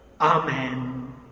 Amen